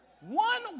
One